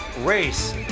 race